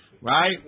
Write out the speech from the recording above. Right